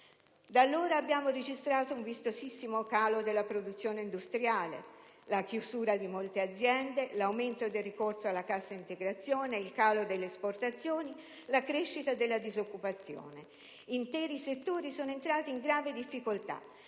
Da allora, abbiamo registrato un vistosissimo calo della produzione industriale, la chiusura di molte aziende, l'aumento del ricorso alla cassa integrazione, il calo delle esportazioni, la crescita della disoccupazione; interi settori sono entrati in grave difficoltà.